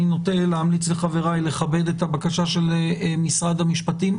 אני נוטה להמליץ לחבריי לכבד את הבקשה של משרד המשפטים.